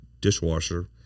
dishwasher